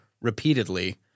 repeatedly